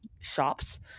shops